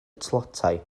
tlotai